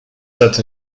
set